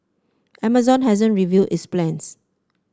Amazon hasn't revealed its plans